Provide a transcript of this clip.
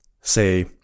say